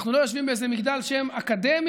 אנחנו לא יושבים באיזה מגדל שן אקדמי